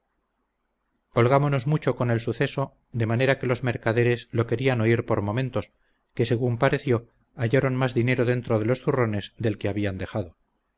holgamonos mucho con el suceso de manera que los mercaderes lo querían oír por momentos que según pareció hallaron más dinero dentro de los zurrones del que habían dejado